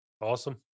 awesome